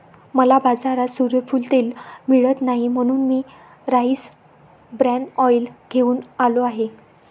मला बाजारात सूर्यफूल तेल मिळत नाही म्हणून मी राईस ब्रॅन ऑइल घेऊन आलो आहे